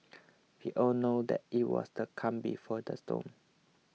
we all knew that it was the calm before the storm